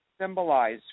symbolize